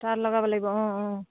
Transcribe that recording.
তাঁত লগাব লাগিব অঁ অঁ